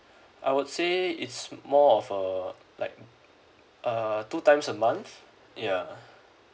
I would say it's more of a like err two times a month ya